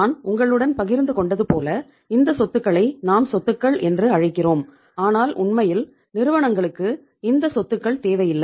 நான் உங்களுடன் பகிர்ந்து கொண்டது போல இந்த சொத்துக்களை நாம் சொத்துகள் என்று அழைக்கிறோம் ஆனால் உண்மையில் நிறுவனங்களுக்கு இந்த சொத்துக்கள் தேவையில்லை